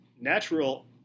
Natural